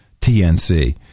TNC